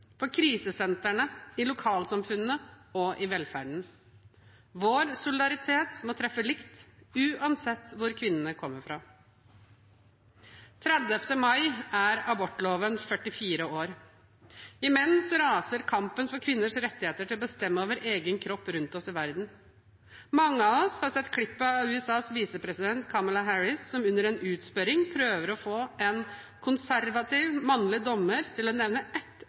for krisesentrene i lokalsamfunnene og i velferden. Vår solidaritet må treffe likt uansett hvor kvinnene kommer fra. Den 30. mai er abortloven 44 år. Imens raser kampen for kvinners rettigheter til å bestemme over egen kropp rundt oss i verden. Mange av oss har sett klippet av USAs visepresident, Kamala Harris, som under en utspørring prøver å få en konservativ mannlig dommer til å nevne ett